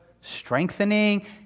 strengthening